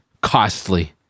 costly